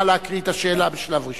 נא להקריא את השאלה בשלב ראשון.